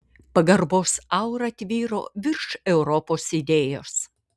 pagarbos aura tvyro virš europos idėjos